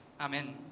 Amen